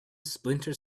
splinter